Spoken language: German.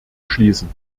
schließen